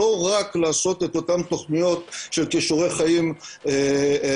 לא רק לעשות את אותן תוכניות של כישורי חיים ותוכניות